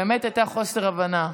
באמת היה חוסר הבנה.